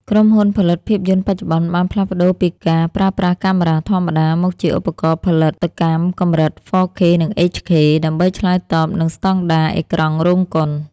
ក្រុមហ៊ុនផលិតភាពយន្តបច្ចុប្បន្នបានផ្លាស់ប្តូរពីការប្រើប្រាស់កាមេរ៉ាធម្មតា មកជាឧបករណ៍ផលិតកម្មកម្រិត 4K និង 8K ដើម្បីឆ្លើយតបនឹងស្តង់ដារអេក្រង់រោងកុន។